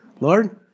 Lord